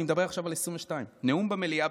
אני מדבר עכשיו על 22. נאום במליאה,